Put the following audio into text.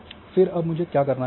फिर अब मुझे क्या करना चाहिए है